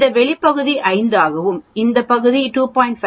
இந்த வெளி பகுதி 5 ஆகவும் இந்த பகுதி 2